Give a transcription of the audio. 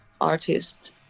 artists